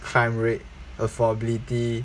crime rate affordability